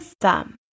thumb